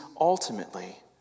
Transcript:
ultimately